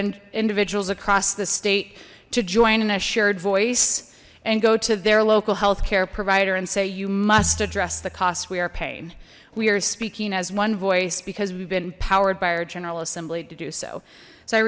event individuals across the state to join in a shared voice and go to their local health care provider and say you must address the cost we are pain we are speaking as one voice because we've been powered by our general assembly to do so so i